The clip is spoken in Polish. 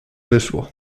wyszło